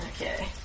Okay